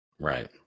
right